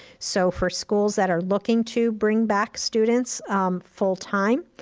so for schools that are looking to bring back students full-time,